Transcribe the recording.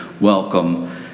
welcome